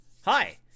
Hi